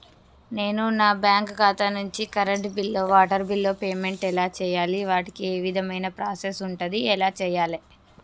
నేను నా బ్యాంకు ఖాతా నుంచి కరెంట్ బిల్లో వాటర్ బిల్లో పేమెంట్ ఎలా చేయాలి? వాటికి ఏ విధమైన ప్రాసెస్ ఉంటది? ఎలా చేయాలే?